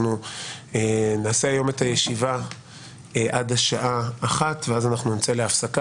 אנחנו נקיים היום את הישיבה עד שעה 13:00 ואז נצא להפסקה,